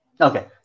Okay